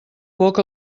poc